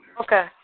Okay